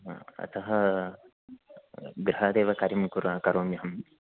हा अतः गृहादेव कार्यं कुर् करोम्यहम्